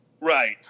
Right